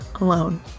alone